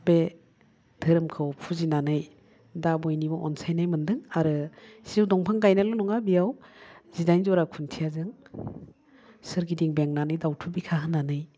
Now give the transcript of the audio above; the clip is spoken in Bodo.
बे दोहोरोमखौ फुजिनानै दा बयनिबो अनसायनाय मोन्दों आरो सिजौ दंफां गायनायल' नङा बेयाव जिदाइन ज'रा खुन्थियाजों सोरगिदिं बेंनानै दाउथु बिखा होनानै